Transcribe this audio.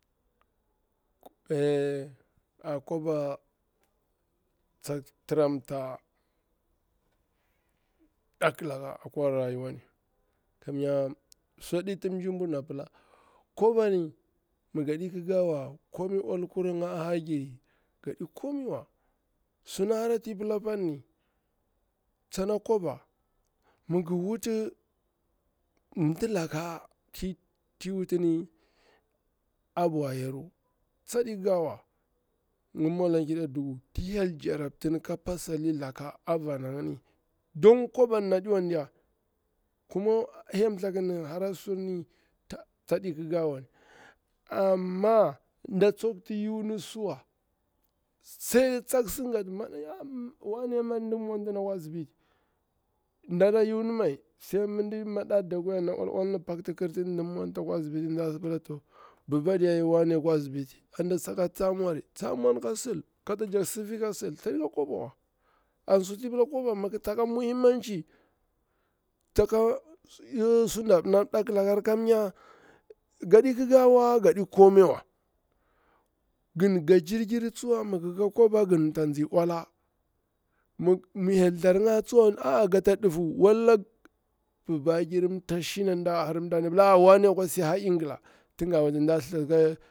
eya kwaba tsak tiram ta mdakilaka akwa rayuwani, kamnya suaɗi timji burn ana pila kwabani mi gadi kika wa komi ulkuringa ajiri gaɗi ko miwa, suna hora ti pila panni, tsana kwaba mi ngir wuti mdilaka ti wutini a bwa yaru, tsaɗi kikawa amma mwdan ƙida duku, ti hyel jarratini ka pati laka avana ngini don kwabani aɗiwan diya kuma hyel thaku tan hara surin tsaɗi kikawa ni amma nɗa tsokti yunni suwa sai tsak si gati wane mari, ndi mwan tini akwa asibiti, dara yuni mai sai mi mada kwaiyarnaola olani pakji kir kan mwanta akwa asibiti tin dasi pila to babadiya wane akwa asibiti har anɗa sakati tsa mwari tsa mwan ka sil kata jakti sifika sil thsadika kwabawa, an suti pila ma kwaban ma tsaka mulimmaci karnnya yedi kikawa gadi komai wa ganggi tsiwa mi ngi ka kwaba gaita tsi olainni hyel tharnga tsuwa ude babe girrita.